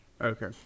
Okay